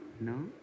no